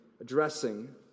addressing